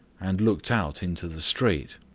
and looked out into the street.